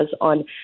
on